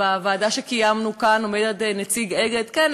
ובישיבה בוועדה שקיימנו כאן אומר נציג "אגד": כן,